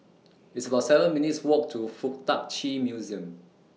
It's about seven minutes' Walk to Fuk Tak Chi Museum